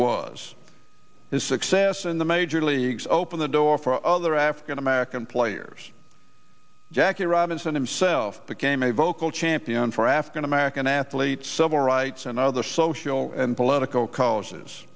was his success in the major leagues open the door for other african american players jackie robinson himself became a vocal champion for african american athletes civil rights and other social and political causes